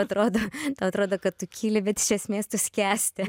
atrodo atrodo kad tu kyli bet iš esmės tu skęsti